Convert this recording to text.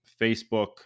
Facebook